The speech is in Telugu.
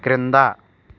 క్రింద